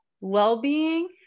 well-being